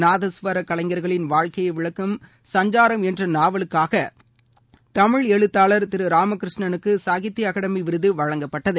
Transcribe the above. நாதஸ்வர கலைஞர்களின் வாழ்க்கையை விளக்கும் சஞ்சாரம் என்ற நாவலுக்காக தமிழ் எழுத்தாளர் திரு ராமகிருஷ்ணனுக்கு சாகித்ய அகடெமி விருது வழங்கப்பட்டுள்ளது